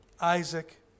Isaac